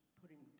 putting